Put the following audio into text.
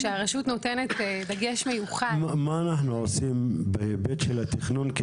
כשהרשות נותנת דגש מיוחד --- מה אנחנו עושים בהיבט של התכנון,